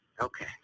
Okay